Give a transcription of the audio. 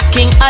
King